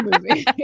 movie